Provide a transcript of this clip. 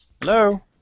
Hello